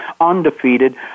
undefeated